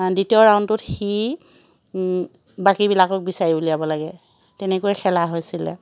দ্বিতীয় ৰাউণ্ডটোত সি বাকীবিলাকক বিচাৰি উলিয়াব লাগে তেনেকৈ খেলা হৈছিলে